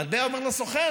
מטבע עובר לסוחר.